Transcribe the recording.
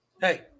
Hey